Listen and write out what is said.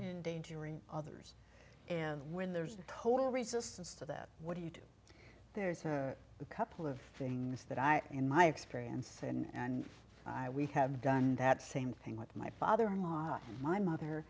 endangering others and when there's total resistance to that what do you do there's a couple of things that i in my experience and i we have done that same thing with my father in law and my mother